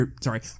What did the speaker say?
sorry